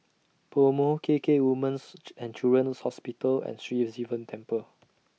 Pomo K K Women's and Children's Hospital and Sri Sivan Temple